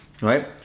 right